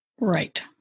Right